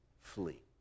flee